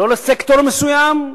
לא לסקטור מסוים,